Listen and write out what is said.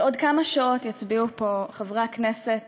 בעוד כמה שעות יצביעו פה חברי הכנסת